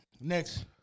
Next